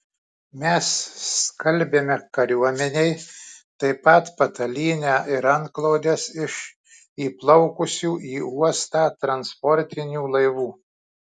mes skalbiame kariuomenei taip pat patalynę ir antklodes iš įplaukusių į uostą transportinių laivų